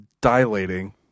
dilating